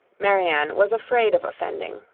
marianne was afraid of offending,